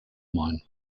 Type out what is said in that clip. mine